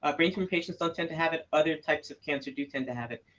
ah brain tumor patients don't tend to have it. other types of cancers do tend to have it.